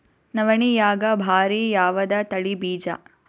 ನವಣಿಯಾಗ ಭಾರಿ ಯಾವದ ತಳಿ ಬೀಜ?